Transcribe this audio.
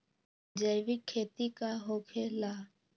जैविक खेती का होखे ला?